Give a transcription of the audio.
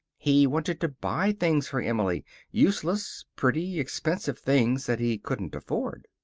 he wanted to buy things for emily useless, pretty, expensive things that he couldn't afford.